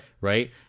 right